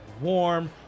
warm